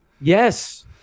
Yes